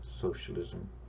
socialism